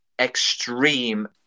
extreme